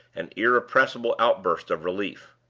an irrepressible outburst of relief.